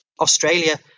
Australia